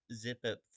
zip-up